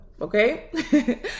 okay